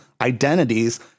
identities